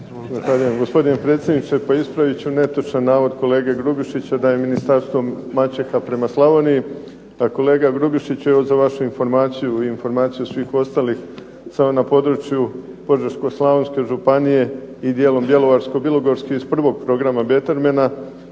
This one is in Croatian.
gospodine predsjedniče. Ispravit ću netočan navod kolege Grubišića da je Ministarstvo maćeha prema Slavoniji, a kolega Grubišiću za vašu informaciju i informaciju ostalih, samo na području Požeško-slavonske županije i dijelom Bjelovarsko-bilogorske iz prvog programa Bettermana,